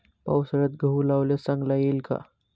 पावसाळ्यात गहू लावल्यास चांगला येईल का?